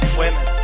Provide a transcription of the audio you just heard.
women